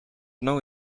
know